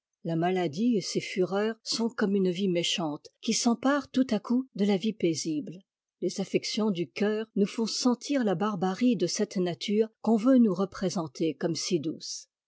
la maladie et ses fureurs sont comme une vie méchante qui s'empare tout à coup de la vie paisible les affections du cœur nous font sentir ia barbarie de cette nature qu'on veut nous représenter comme si douce